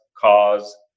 cause